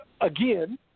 again